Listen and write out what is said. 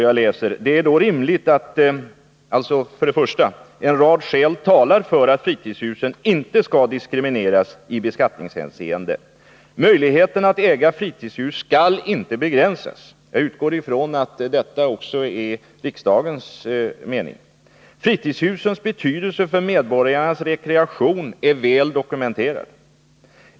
Jag läser ur motionen: ”En rad skäl talar för att fritidshusen inte skall diskrimineras i beskattningshänseende. Möjligheten att äga fritidshus skall inte begränsas.” Jag utgår från att detta också är riksdagens mening. ”Fritidshusens betydelse för medborgarnas rekreation är väl dokumenterad.